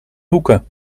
hoeken